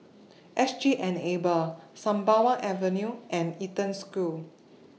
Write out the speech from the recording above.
S G Enable Sembawang Avenue and Eden School